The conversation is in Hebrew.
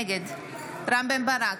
נגד רם בן ברק,